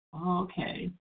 Okay